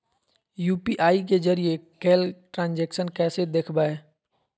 UPI के जरिए कैल ट्रांजेक्शन कैसे देखबै?